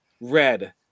Red